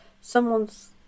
someone's